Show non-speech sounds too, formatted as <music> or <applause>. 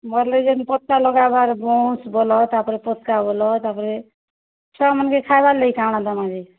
<unintelligible> ପତ୍କା ଲାଗାହେବା ଆର୍ ବଉଁଶ ବାଲା ତାପରେ ପତକା ବାଲା ତାପରେ ଛୁଆମାନଙ୍କେ ଖାଇବାର୍ ଲାଗି କାଣା ଦେବା ଯେ